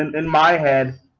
and in my head.